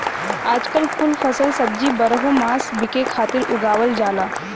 आजकल कुल फल सब्जी बारहो मास बिके खातिर उगावल जाला